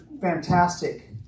fantastic